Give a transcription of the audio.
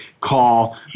call